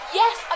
yes